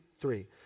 three